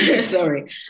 sorry